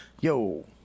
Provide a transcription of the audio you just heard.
Yo